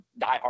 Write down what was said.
diehard